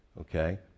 okay